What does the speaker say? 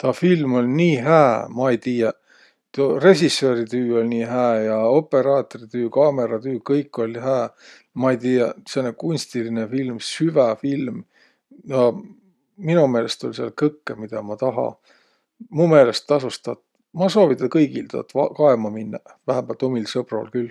Taa film oll' nii hää! Ma ei tiiäq, tuu resissööritüü oll' nii hää ja opõraatritüü, kaamõratüü, kõik olľ hää. Ma ei tiiäq, sääne kunstiline film, süvä film. No mino meelest oll' sääl kõkkõ, midä ma taha. Mu meelest tasos taad, ma soovida kõigil taad va- kaema minnäq. Vähämbält umil sõbrol külh.